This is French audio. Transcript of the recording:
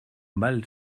mal